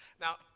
Now